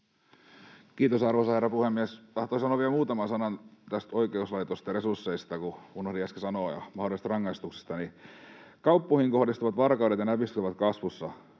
Kiitos, arvoisa herra puhemies! Tahtoisin sanoa vielä muutaman sanan oikeuslaitosten resursseista, kun unohdin äsken sanoa, ja mahdollisista rangaistuksista. Kauppoihin kohdistuvat varkaudet ja näpistykset ovat kasvussa.